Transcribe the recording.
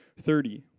thirty